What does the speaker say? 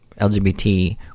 LGBT